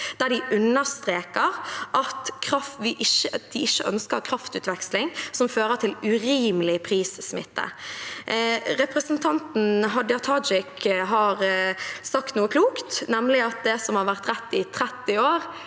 der de understreker at de ikke ønsker kraftutveksling som fører til urimelig prissmitte. Representanten Hadia Tajik har sagt noe klokt, nemlig at det som har vært rett i 30 år,